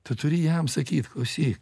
tad turi jam sakyt klausyk